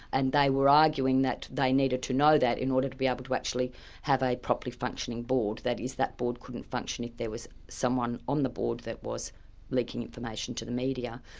and they were arguing that they needed to know that in order to be able to actually have a properly functioning board, that is, that board couldn't function if there was someone on the board that was leaking information to the media.